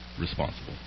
responsible